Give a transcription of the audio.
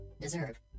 deserve